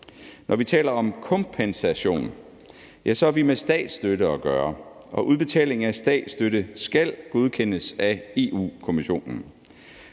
Når vi taler om kompensation, har vi med statsstøtte at gøre, og udbetaling af statsstøtte skal godkendes af Europa-Kommissionen.